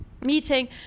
meeting